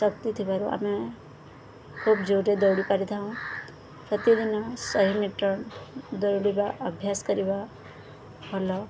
ଶକ୍ତି ଥିବାରୁ ଆମେ ଖୁବ୍ ଯୋରରେ ଦୌଡ଼ି ପାରିଥାଉଁ ପ୍ରତିଦିନ ଶହେ ମିଟର ଦୌଡ଼ିବା ଅଭ୍ୟାସ କରିବା ଭଲ